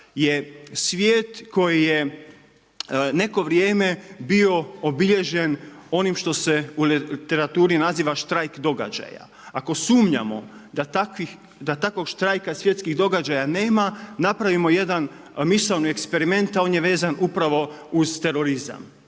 je svijet koji je neko vrijeme bio obilježen onim što se u literaturi naziva štrajk događaja. Ako sumnjamo da takvog štrajka svjetskih događaja nema napravimo jedan misaoni eksperiment, a on je vezan upravo uz terorizam